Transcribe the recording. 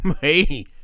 Hey